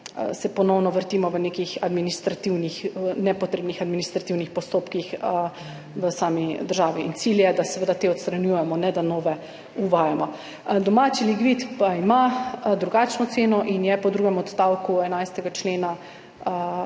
ponovno vrtimo v nekih nepotrebnih administrativnih postopkih v sami državi in cilj je, da seveda te odstranjujemo, ne da nove uvajamo. Domači lignit pa ima drugačno ceno in je po drugem odstavku 11. člena